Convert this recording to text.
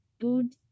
Good